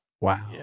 Wow